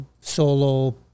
solo